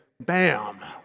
bam